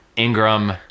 ingram